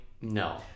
No